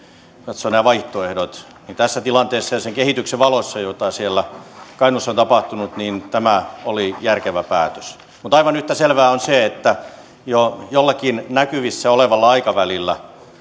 katsoo nämä vaihtoehdot niin tässä tilanteessa ja sen kehityksen valossa jota siellä kainuussa on tapahtunut tämä oli järkevä päätös mutta aivan yhtä selvää on se että jollakin näkyvissä olevalla aikavälillä se